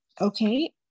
okay